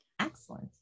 Excellent